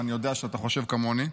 ואני יודע שאתה חושב כמוני.